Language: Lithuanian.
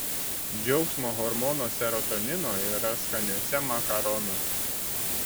džiaugsmo hormono serotonino yra skaniuose makaronuose